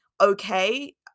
okay